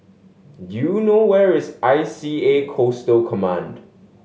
do you know where is I C A Coastal Command